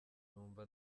numva